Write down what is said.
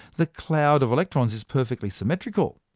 the cloud of electrons is perfectly symmetrical.